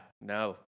no